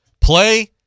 play